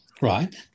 Right